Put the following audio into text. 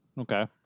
okay